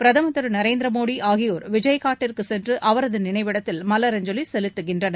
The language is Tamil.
பிரதமர் திரு நரேந்திர மோடி ஆகியோர் விஜய்காட்டிற்கு சென்று அவரது நினைவிடத்தில் மலரஞ்சலி செலுத்துகின்றனர்